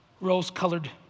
rose-colored